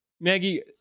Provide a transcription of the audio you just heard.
Maggie